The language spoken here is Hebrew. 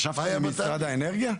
ישבתם עם משרד האנרגיה?